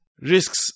risks